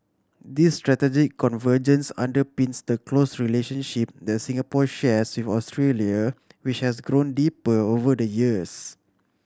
this strategic convergence underpins the close relationship that Singapore shares Australia which has grown deeper over the years